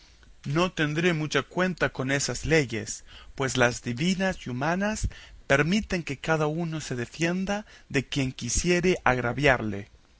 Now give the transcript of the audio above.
no tendré mucha cuenta con esas leyes pues las divinas y humanas permiten que cada uno se defienda de quien quisiere agraviarle